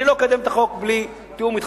אני לא אקדם את החוק בלי תיאום אתך.